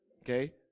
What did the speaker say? Okay